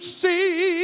see